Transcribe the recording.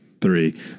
three